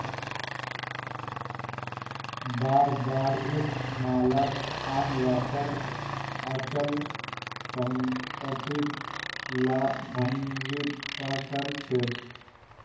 बार बार इस्तमालत आन ल पर अचल सम्पत्ति लाभान्वित त कर छेक